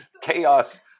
Chaos